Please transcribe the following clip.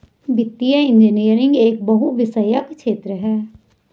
वित्तीय इंजीनियरिंग एक बहुविषयक क्षेत्र है